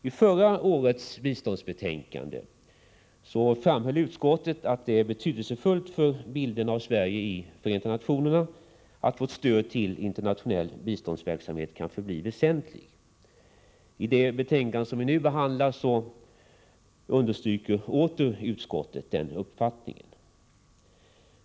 I förra årets biståndsbetänkande framhöll utskottet att det är betydelsefullt för bilden av Sverige i Förenta nationerna att vårt stöd till internationell biståndsverksamhet kan förbli väsentligt. I det betänkande som vi nu behandlar understryker utskottet åter denna uppfattning.